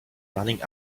running